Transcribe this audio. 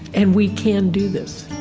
and we can do this